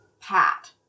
pat